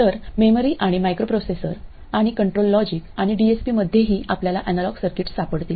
तर मेमरी आणि मायक्रोप्रोसेसर आणि कंट्रोल लॉजिक आणि डीएसपीमध्येही आपल्याला अॅनालॉग सर्किट्स सापडतील